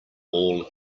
all